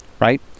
right